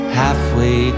halfway